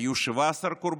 היו 17 קורבנות,